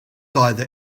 either